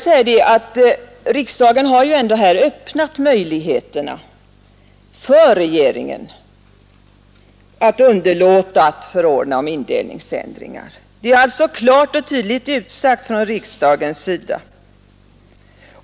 Men riksdagen har ändå här öppnat möjligheter för regeringen att underlåta att förordna om indelningsändringar; det är alltså klart och tydligt utsagt från riksdagens sida.